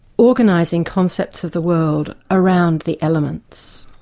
organising concepts of the world around the elements.